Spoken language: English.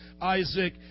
Isaac